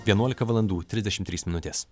vienuolika valandų trisdešimt trys minutės